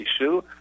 issue